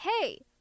hey